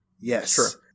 Yes